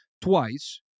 twice